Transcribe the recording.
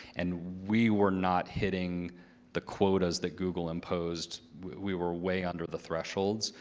and we were not hitting the quotas that google imposed. we were way under the thresholds.